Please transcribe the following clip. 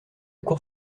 cour